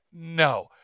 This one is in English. no